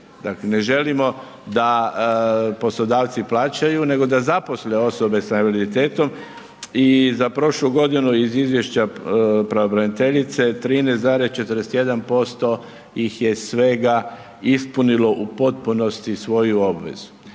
želimo. Ne želimo da poslodavci plaćaju, nego da zaposle osobe s invaliditetom i za prošlu godinu iz izvješća pravobraniteljice, 13,41% ih je svega ispunilo u potpunosti svoju obavezu.